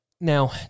now